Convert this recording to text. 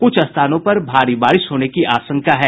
कुछ स्थानों पर भारी बारिश होने की आशंका है